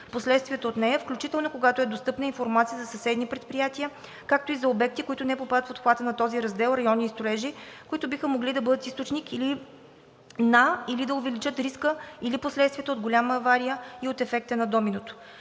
последствията от нея, включително, когато е достъпна, информация за съседни предприятия, както и за обекти, които не попадат в обхвата на този раздел, райони и строежи, които биха могли да бъдат източник на или да увеличат риска или последствията от голяма авария и от ефекта на доминото.“